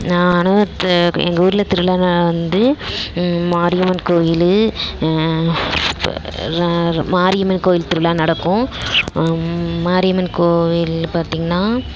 நான் அனுபவித்த எங்கள் ஊரில் திருவிழாவில் வந்து மாரியம்மன் கோயில் மாரியம்மன் கோயில் திருவிழா நடக்கும் மாரியம்மன் கோவில் பார்த்தீங்னா